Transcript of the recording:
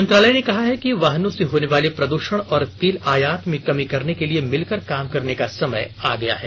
मंत्रालय ने कहा कि वाहनों से होने वाले प्रदूषण और तेल आयात में कमी करने के लिए मिलकर काम करने का समय आ गया है